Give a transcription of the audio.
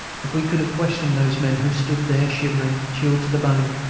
if we could have questioned those men who stood there shivering, chilled to the bone,